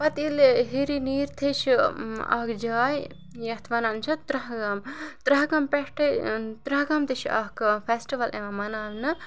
پَتہٕ ییٚلہِ ہِری نیٖرتھٕے چھِ اَکھ جاے یَتھ وَنان چھِ ترٛہ گام ترٛہ گام پٮ۪ٹھَے ترٛہ گام تہِ چھ اَکھ فیسٹوَل یِوان مَناونہٕ